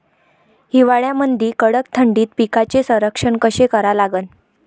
हिवाळ्यामंदी कडक थंडीत पिकाचे संरक्षण कसे करा लागन?